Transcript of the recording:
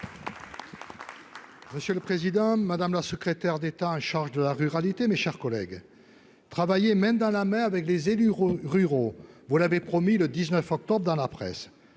Monsieur le président, madame la secrétaire d'État en charge de la ruralité, mes chers collègues, travailler main dans la main avec les élus ruraux, vous l'avez promis le 19 octobre dans la presse,